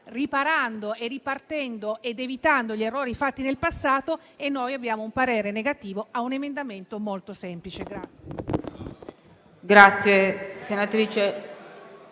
riparando, ripartendo ed evitando gli errori fatti nel passato, eppure abbiamo un parere negativo su un emendamento molto semplice.